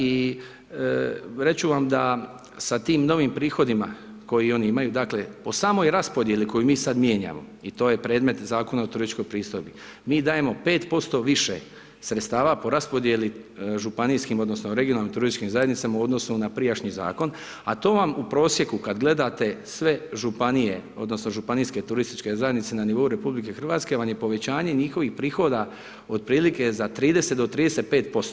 I reći ću vam da sa tim novim prihodima, koji oni imaju, dakle, po samoj raspodjeli koju mi sada mijenjamo i to je predmet Zakona o turističkoj pristojbi, mi dajemo 5% više sredstava po raspodjeli županijskim odnosno, regionalnim turističkim zajednicama u odnosu na prijašnji zakon, a to vam u prosjeku kada gledate sve županije, odnosno županijske turističke zajednice na nivou RH, vam je povećanje njihovih prihoda otprilike za 30-35%